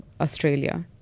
Australia